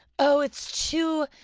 oh it's too,